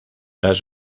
las